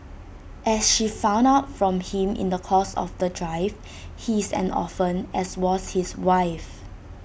as she found out from him in the course of the drive he is an orphan as was his wife